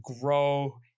grow